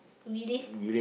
release